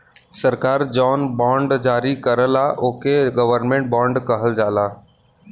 सरकार जौन बॉन्ड जारी करला ओके गवर्नमेंट बॉन्ड कहल जाला